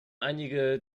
einige